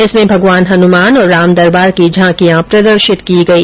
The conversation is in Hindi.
इसमें भगवान इनमान और रामदरबार की झांकियां प्रदर्शित की गई